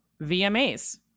VMAs